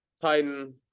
Titan